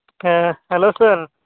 ᱦᱮᱸ ᱦᱮᱞᱳ ᱥᱟᱨ